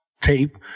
tape